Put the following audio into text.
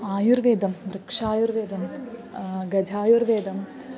आयुर्वेदं वृक्षायुर्वेदं गजायुर्वेदम्